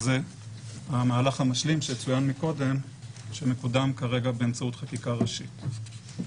זה המהלך המשלים שצוין מקודם שמקודם כרגע באמצעות חקיקה הראשית.